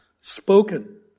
spoken